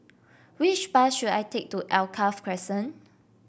which bus should I take to Alkaff Crescent